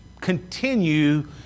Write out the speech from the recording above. continue